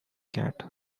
cat